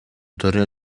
torneo